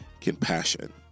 compassion